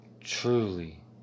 truly